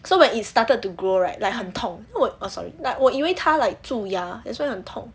so when it started to grow right like 很痛 sorry but 我以为他 like 蛀牙 that's why 很痛